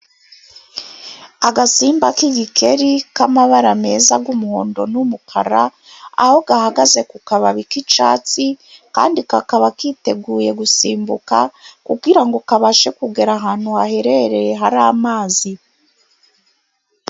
Agasimba k'igikeri k'amabara meza y'umuhondo n'umukara, aho gahagaze ku kababi k'icyatsi kandi kakaba kiteguye gusimbuka, kugirango kabashe kugera hari amazi.